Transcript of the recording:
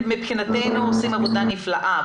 מבחינתנו אתם עושים עבודה נפלאה.